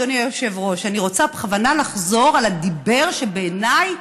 אדוני היושב-ראש: אני רוצה בכוונה לחזור על הדיבר שבעיניי